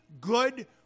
good